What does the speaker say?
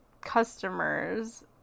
customers